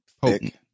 potent